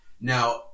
Now